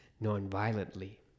non-violently